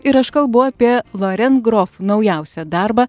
ir aš kalbu apie loren grof naujausią darbą